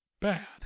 bad